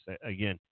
Again